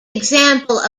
example